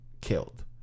killed